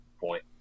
point